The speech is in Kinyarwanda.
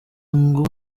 ngo